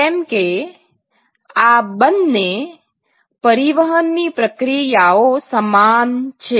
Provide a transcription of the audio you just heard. કેમ કે આ બંને પરિવહનની પ્રક્રિયાઓ સમાન છે